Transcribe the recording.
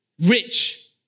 rich